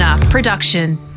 production